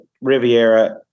Riviera